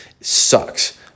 sucks